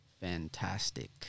fantastic